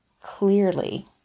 clearly